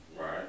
Right